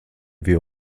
wir